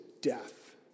death